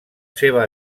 seva